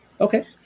Okay